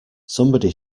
somebody